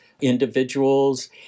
individuals